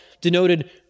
denoted